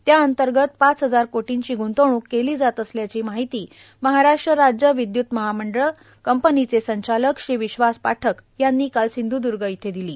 त्या अंतर्गत पाच हजार कोटीची ग्ंतवणूक केली जात असल्याची माहिती महाराष्ट्र राज्य विद्य्त महामंडळ सूत्रधारी कंपनीचे संचालक विश्वास पाठक यांनी काल सिंध्दर्ग इथं दिली